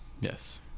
Yes